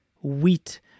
wheat